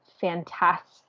fantastic